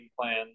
plan